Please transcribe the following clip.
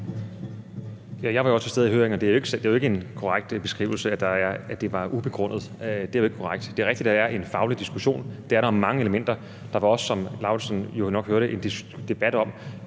Jeg var også til stede ved høringen, og det er jo ikke en korrekt beskrivelse, at det var ubegrundet – det er ikke korrekt. Det er rigtigt, at der er en faglig diskussion; det er der om mange elementer. Der var også, som hr. Karsten Lauritzen nok hørte, en debat om,